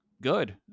good